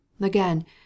Again